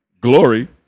Glory